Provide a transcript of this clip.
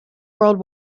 world